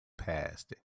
passed